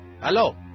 Hello